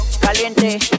caliente